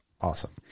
awesome